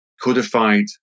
codified